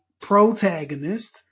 protagonist